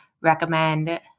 recommend